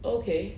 okay